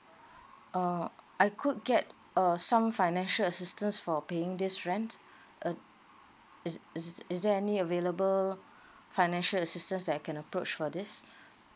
err I could get uh some financial assistance for paying this rent uh is is is there any available financial assistance that can approach for this